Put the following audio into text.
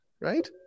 Right